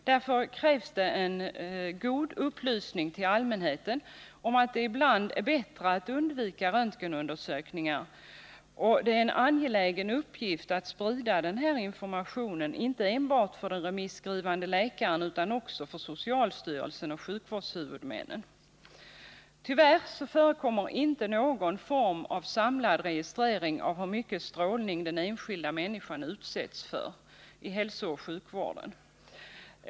Därför krävs det en god upplysning till allmänheten om att det ibland är bättre att undvika röntgenundersökningar. Det är en angelägen uppgift att sprida den här informationen inte enbart för den remisskrivande läkaren utan också för socialstyrelsen och sjukvårdshuvudmännen. Tyvärr förekommer inte någon samlad registrering av hur mycket strålning den enskilda människan utsätts för i hälsooch sjukvården.